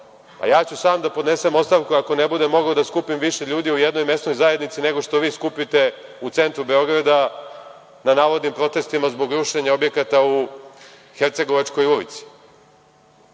- ja ću sam da podnesem ostavku ako ne budem mogao da skupim više ljudi u jednoj mesnoj zajednici nego što vi skupite u centru Beograda, na navodnim protestima zbog rušenja objekata u Hercegovačkoj ulici. Nije